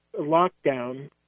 lockdown